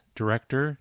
director